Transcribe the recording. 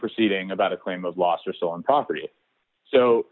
proceeding about a claim of lost or stolen property so